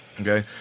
okay